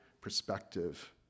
perspective